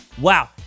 Wow